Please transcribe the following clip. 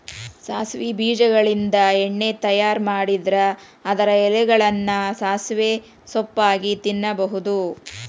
ಸಾಸವಿ ಬೇಜಗಳಿಂದ ಎಣ್ಣೆ ತಯಾರ್ ಮಾಡಿದ್ರ ಅದರ ಎಲೆಗಳನ್ನ ಸಾಸಿವೆ ಸೊಪ್ಪಾಗಿ ತಿನ್ನಬಹುದು